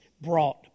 brought